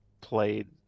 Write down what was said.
played